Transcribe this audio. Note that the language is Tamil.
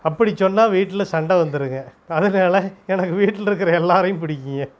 அப்படி சொன்னால் வீட்டில் சண்டை வந்துடுங்க அதனால் எனக்கு வீட்டில் இருக்கிற எல்லோரையும் பிடிக்கிங்க